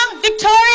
Victoria